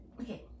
okay